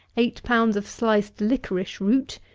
eight pounds of sliced liquorice-root,